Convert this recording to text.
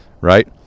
right